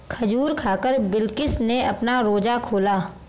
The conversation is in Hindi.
खजूर खाकर बिलकिश ने अपना रोजा खोला